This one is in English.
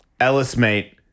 ellismate